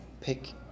pick